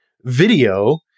video